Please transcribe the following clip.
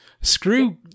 screw